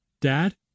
Dad